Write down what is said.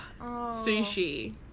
sushi